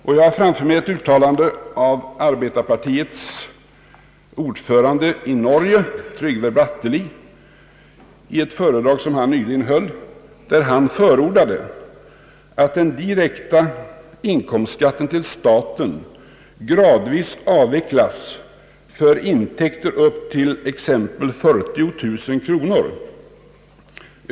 Jag har också framför mig ett uttalande av arbetarpartiets ordförande i Norge, Trygve Bratteli, som i ett föredrag som han nyligen höll förordade att den direkta inkomstskatten till staten gradvis skulle avvecklas för intäkter upp till exempelvis 40 000 kronor.